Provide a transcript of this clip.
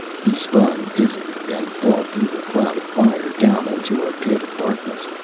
he spun dizzily and fell through the cloud of fire, down into a pit of darkness,